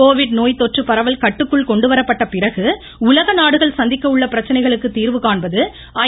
Covid நோய் தொற்று பரவல் கட்டுக்குள் கொண்டுவரப்பட்டபிறகு உலக நாடுகள் சந்திக்கவுள்ள பிரச்சனைகளுக்கு தீர்வு காண்பது ஐ